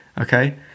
okay